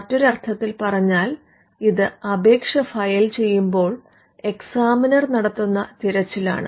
മറ്റൊരർത്ഥത്തിൽ പറഞ്ഞാൽ ഇത് അപേക്ഷ ഫയൽ ചെയ്യുമ്പോൾ എക്സാമിനർ നടത്തുന്ന തിരച്ചിലാണ്